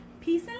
peace